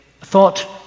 thought